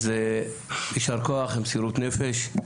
אז יישר כוח על מסירות נפש,